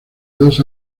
dos